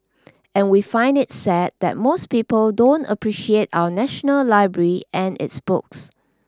and we find it sad that most people don't appreciate our national library and its books